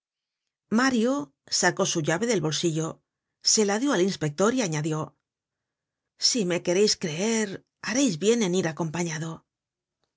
mario sacó su llave del bolsillo se la dió al inspector y añadió si me quereis creer hareis bien en ir acompañado el